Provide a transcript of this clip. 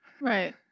Right